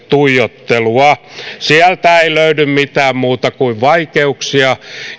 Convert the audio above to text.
tuijottelua sieltä ei löydy mitään muuta kuin vaikeuksia